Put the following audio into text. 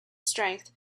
strength